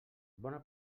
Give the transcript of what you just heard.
bona